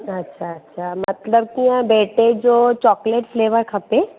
अच्छा अच्छा मतलबु कींअ बेटे जो चॉकलेट फ़्लेवर खपे